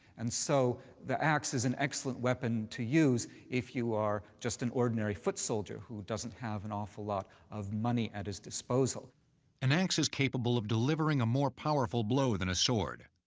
and so the axe is an excellent weapon to use if you are just an ordinary foot soldier who doesn't have an awful lot of money at his disposal. narrator an axe is capable of delivering a more powerful blow than a sword.